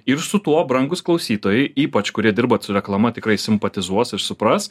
ir su tuo brangūs klausytojai ypač kurie dirba su reklama tikrai simpatizuos ir supras